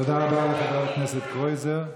תודה רבה לחבר הכנסת קרויזר.